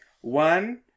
One